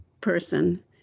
person